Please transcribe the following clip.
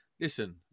Listen